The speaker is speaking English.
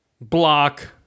Block